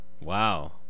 Wow